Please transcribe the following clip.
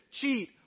cheat